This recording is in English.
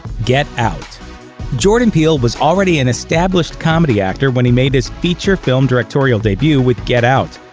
get out jordan peele was already an established comedy actor when he made his feature film directorial debut with get out,